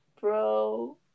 bro